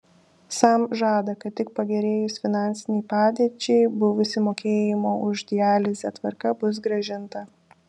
sam žada kad tik pagerėjus finansinei padėčiai buvusi mokėjimo už dializę tvarka bus grąžinta